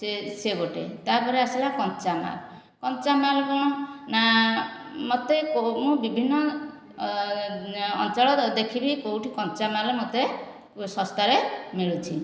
ସେ ସେ ଗୋଟିଏ ତା'ପରେ ଆସିଲା କଞ୍ଚାମାଲ୍ କଞ୍ଚାମାଲ୍ କ'ଣ ନା ମୋତେ କରୁ ମୁଁ ବିଭିନ୍ନ ଅଞ୍ଚଳର ଦେଖିବି କେଉଁଠି କଞ୍ଚାମାଲ୍ ମୋତେ ଶସ୍ତାରେ ମିଳୁଛି